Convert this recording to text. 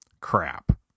Crap